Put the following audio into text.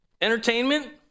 entertainment